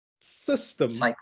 system